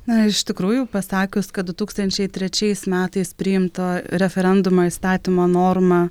na iš tikrųjų pasakius kad du tūkstančiai trečiais metais priimto referendumo įstatymo norma